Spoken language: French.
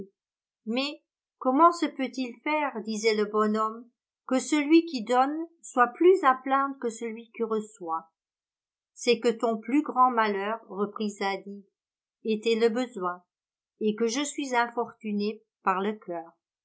mais comment se peut-il faire disait le bonhomme que celui qui donne soit plus à plaindre que celui qui reçoit c'est que ton plus grand malheur reprit zadig était le besoin et que je suis infortuné par le coeur